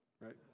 Right